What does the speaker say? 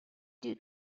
due